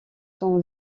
sont